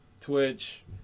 Twitch